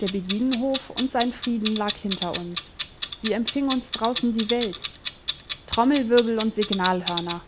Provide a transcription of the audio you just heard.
der beginenhof und sein frieden lag hinter uns wie empfing uns draußen die welt trommelwirbel und signalhörner